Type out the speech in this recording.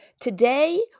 Today